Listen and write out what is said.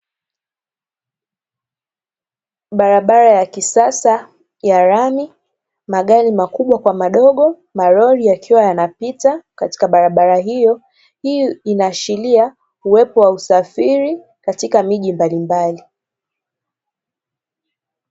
Barabara ya kisasa ya lami, magari makubwa kwa madogo, malori yakiwa yanapita katika barabara hiyo. Hii inaashiria uwepo wa usafiri katika miji mbalimbali.